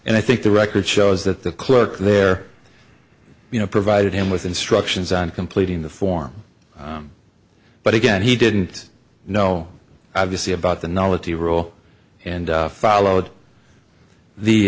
and i think the record shows that the clerk there you know provided him with instructions on completing the form but again he didn't know obviously about the knowledge the rule and followed the